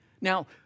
Now